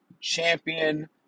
champion